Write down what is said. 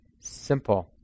simple